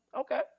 okay